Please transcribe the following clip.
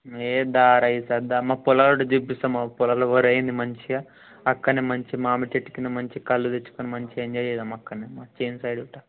హే రారా ఈసారి రా మా పొలాల అటు చూపిస్తా మా పొలంలో వరి అయింది మంచిగా అక్కడ మంచి మామిడి చెట్టు కింద మంచిగా కల్లు తెచ్చుకొని మంచిగా ఎంజాయ్ చేద్దాం అక్కడ్న మా చేను సైడ్ గట్ట